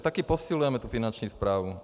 Taky posilujeme tu finanční správu.